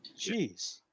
Jeez